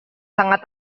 sangat